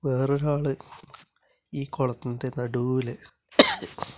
വേറെ ഒരാള് ഈ കുളത്തിൻ്റെ നടുവില്